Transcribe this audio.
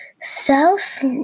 south